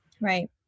Right